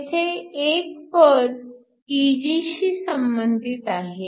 येथे एक पद Eg शी संबंधित आहे